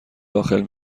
داخل